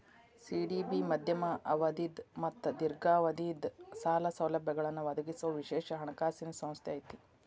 CDB ಮಧ್ಯಮ ಅವಧಿದ್ ಮತ್ತ ದೇರ್ಘಾವಧಿದ್ ಸಾಲ ಸೌಲಭ್ಯಗಳನ್ನ ಒದಗಿಸೊ ವಿಶೇಷ ಹಣಕಾಸಿನ್ ಸಂಸ್ಥೆ ಐತಿ